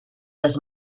les